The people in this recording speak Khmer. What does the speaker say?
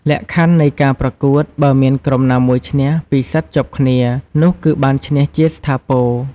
លក្ខខណ្ឌនៃការប្រកួតបើមានក្រុមណាមួយឈ្នះ ២ សិតជាប់គ្នានោះគឺបានឈ្នះជាស្ថាពរ ។